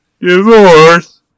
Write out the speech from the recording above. Divorce